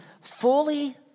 fully